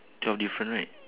twelve different right